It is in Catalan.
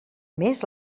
més